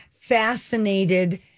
fascinated